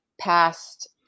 past